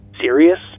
Serious